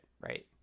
right